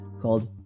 called